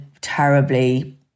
terribly